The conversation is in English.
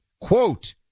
Quote